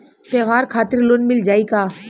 त्योहार खातिर लोन मिल जाई का?